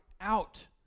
out